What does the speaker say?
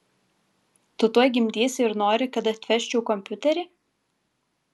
tu tuoj gimdysi ir nori kad atvežčiau kompiuterį